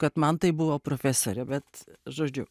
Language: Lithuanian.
kad man tai buvo profesorė bet žodžiu